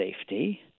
safety